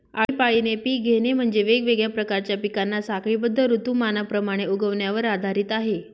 आळीपाळीने पिक घेणे म्हणजे, वेगवेगळ्या प्रकारच्या पिकांना साखळीबद्ध ऋतुमानाप्रमाणे उगवण्यावर आधारित आहे